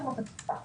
תודה.